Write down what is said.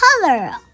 color